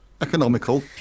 economical